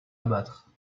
abattre